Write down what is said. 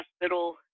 Hospital